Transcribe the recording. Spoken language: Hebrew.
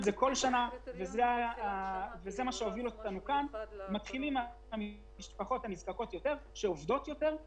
- אנחנו מתחילים עם המשפחות הנזקקות שעובדות יותר,